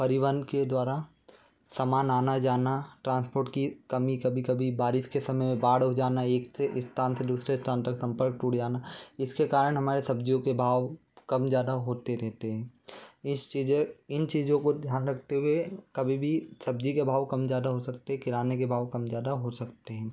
परिवहन के द्वारा सामान आना जाना ट्रांसपोर्ट की कमी कभी कभी बारिश के समय बाढ़ हो जाना एक से स्थान से दूसरे स्थान तक सम्पर्क टूट जाना जिसके कारण हमारे सब्ज़ियों के भाव कम ज़्यादा होते रेहते हैं इस चीज़ें इन चीज़ों का ध्यान रखते हुए कभी भी सब्ज़ी के भाव कम ज़्यादा हो सकते है किराने के भाव कम ज़्यादा हो सकते हैं